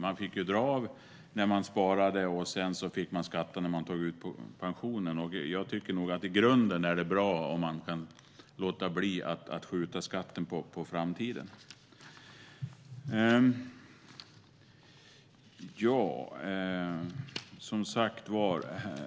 Man fick dra av när man sparade, och sedan fick man skatta när man tog ut pension. Jag tycker att det i grunden är bra om man kan låta bli att skjuta skatten på framtiden.